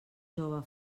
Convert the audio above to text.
jove